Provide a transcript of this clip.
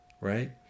right